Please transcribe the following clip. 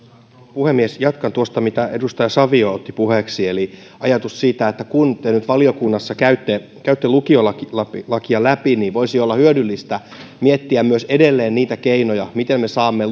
puhemies jatkan tuosta mitä edustaja savio otti puheeksi eli ajatuksesta siitä että kun te nyt valiokunnassa käytte käytte lukiolakia läpi niin voisi olla hyödyllistä miettiä myös edelleen niitä keinoja miten me saamme